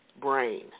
brain